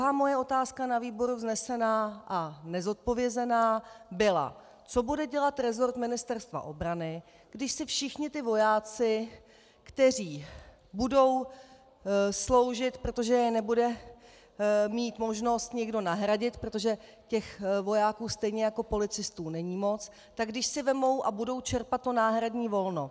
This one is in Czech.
Druhá moje otázka na výboru vznesená a nezodpovězená byla: Co bude dělat resort Ministerstva obrany, když si všichni vojáci, kteří budou sloužit, protože je nebude mít možnost nikdo nahradit, protože vojáků stejně jako policistů není moc, vezmou a budou čerpat náhradní volno?